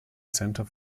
center